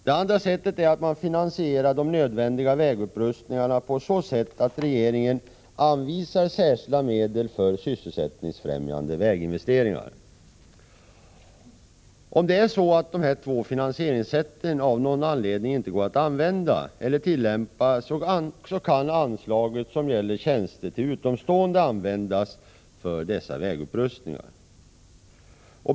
Det andra sättet är att man finansierar de nödvändiga vägupprustningarna på så sätt att regeringen anslår särskilda medel för sysselsättningsfrämjande väginvesteringar. Om dessa två finansieringssätt av någon anledning inte går att tillämpa kan anslaget som gäller tjänster till utomstående användas för dessa vägupprustningar.